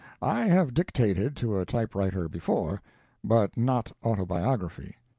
i have dictated to a typewriter before but not autobiography.